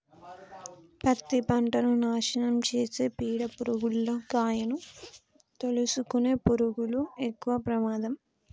పత్తి పంటను నాశనం చేసే పీడ పురుగుల్లో కాయను తోలుసుకునే పురుగులు ఎక్కవ ప్రమాదం